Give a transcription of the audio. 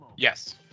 Yes